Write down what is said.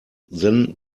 then